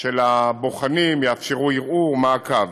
של הבוחנים ויאפשרו ערעור ומעקב.